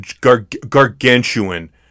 gargantuan